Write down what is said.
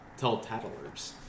Telltattlers